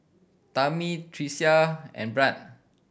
Tammi Tricia and Brandt